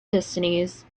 destinies